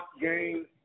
game